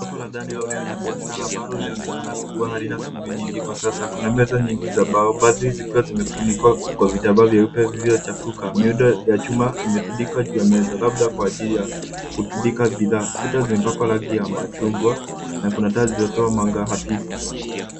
Soko la ndani au eneo la biashara ambalo linaonekana kuwa halina shughuli nyingi kwa sasa. Kuna meza nyingi za mbao baadhi zikiwa zimefunikwa kwa vitambaa vyeupe vilivyochafuka. Miundo ya chuma imetundikwa juu ya meza labda kwa ajili kutundika bidhaa. Kuta zimepakwa rangi ya machungwa na kuna taa zinazotoa mwanga hafifu.